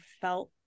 felt